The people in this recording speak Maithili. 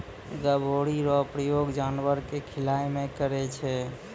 गभोरी रो प्रयोग जानवर के खिलाय मे करै छै